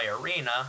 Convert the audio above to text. arena